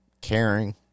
caring